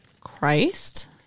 Christ